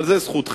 אבל זאת זכותכם,